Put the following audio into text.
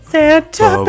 Santa